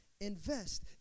invest